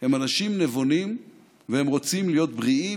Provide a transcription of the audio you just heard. הם אנשים נבונים והם רוצים להיות בריאים.